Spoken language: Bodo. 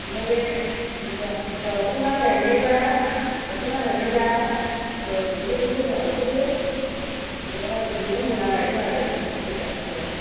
ओमफ्राय बे जा जावख'ना गायनायबा जावख'ना गायनायबा गोरलै गोरलैखौ जावख'दो एबा दिरुं बोना गायदो आरो सिदा सिदा